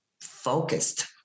focused